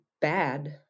bad